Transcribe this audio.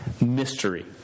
Mystery